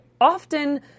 often